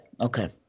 Okay